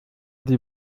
die